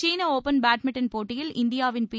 சீன open badminton போட்டியில் இந்தியாவின் பி